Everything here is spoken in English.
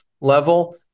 level